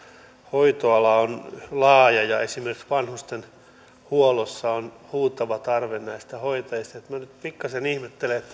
hoitoala on laaja ja esimerkiksi vanhustenhuollossa on huutava tarve näistä hoitajista että minä nyt pikkasen ihmettelen